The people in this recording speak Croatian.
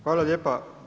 Hvala lijepa.